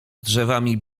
drzewami